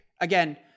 again